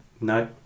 No